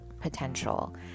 potential